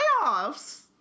playoffs